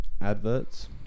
adverts